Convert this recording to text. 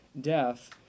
death